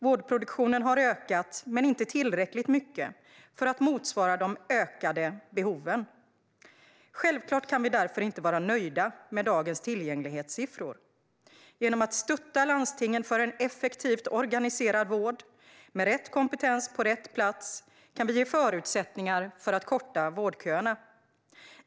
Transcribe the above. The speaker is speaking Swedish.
Vårdproduktionen har ökat, men inte tillräckligt mycket för att motsvara de ökade behoven. Självklart kan vi därför inte vara nöjda med dagens tillgänglighetssiffror. Genom att stötta landstingen för en effektivt organiserad vård, med rätt kompetens på rätt plats, kan vi ge förutsättningar för att korta vårdköerna.